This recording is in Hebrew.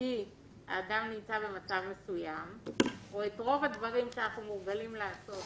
כי האדם נמצא במצב מסוים או שאת רוב הדברים שאנחנו מורגלים לעשות